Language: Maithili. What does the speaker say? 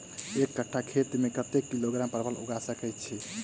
एक कट्ठा खेत मे कत्ते किलोग्राम परवल उगा सकय की??